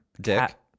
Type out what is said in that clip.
dick